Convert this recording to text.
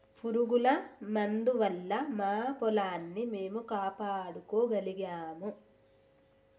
పురుగుల మందు వల్ల మా పొలాన్ని మేము కాపాడుకోగలిగాము